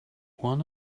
one